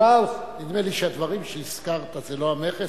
"שטראוס" נדמה לי שהדברים שהזכרת זה לא המכס,